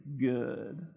good